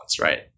right